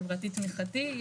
חברתי תמיכתי,